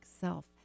self